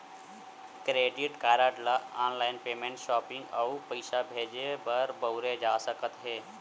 credit card ल online payment, shopping अउ पइसा भेजे बर बउरे जा सकत हे